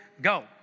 go